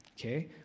okay